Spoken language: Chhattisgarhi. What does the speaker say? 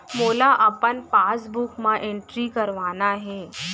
मोला अपन पासबुक म एंट्री करवाना हे?